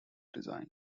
design